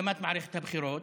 הקדמת מערכת הבחירות,